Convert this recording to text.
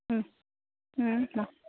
ন